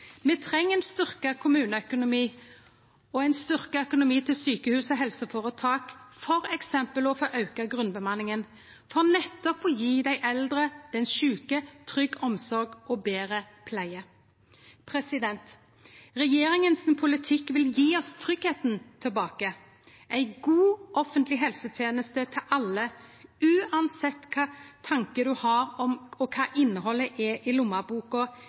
Me treng ein styrkt kommuneøkonomi og ein styrkt økonomi for sjukehus og helseføretak, f.eks. for å få auka grunnbemanninga for nettopp å gje dei eldre og dei sjuke trygg omsorg og betre pleie. Politikken til regjeringa vil gje oss tryggleiken tilbake. Ei god offentleg helseteneste til alle, uansett kva tankar ein har og kva lommeboka inneheld, vil gje oss ein ny kurs og tryggleik i